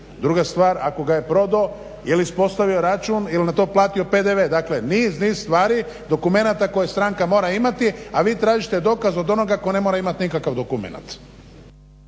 Druga stvar ako ga je prodo jel ispostavio račun jel na to platio PDV dakle niz niz stvari dokumenata koje stranka mora imati, a vi tražite dokaz od onoga ko ne mora imati nikakav dokumenat.